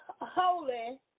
holy